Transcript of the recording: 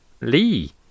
Lee